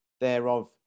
thereof